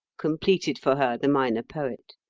completed for her the minor poet.